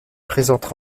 présente